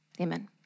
Amen